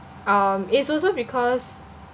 um it's also because